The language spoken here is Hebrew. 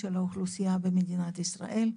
לאוכלוסייה במדינת ישראל.